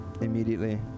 immediately